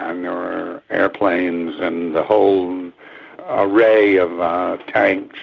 and there were airplanes and the whole array of tanks,